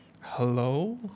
hello